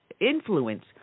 influence